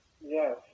Yes